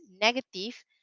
negative